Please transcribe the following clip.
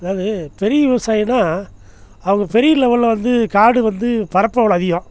அதாவது பெரிய விவசாயின்னால் அவங்க பெரிய லெவலில் வந்து காடு வந்து பரப்பளவு அதிகம்